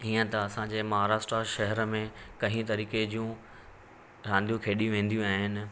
ईअं त असांजे महाराष्ट शहर में कई तरीक़े जूं रांदियूं खेॾियूं वेंदियूं आहिनि